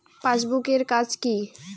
Passbook এর কাজ কি?